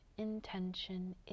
Intention